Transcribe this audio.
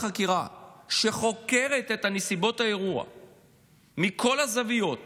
החקירה שחוקרת את נסיבות האירוע מכל הזוויות